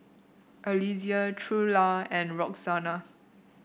Eliezer Trula and Roxana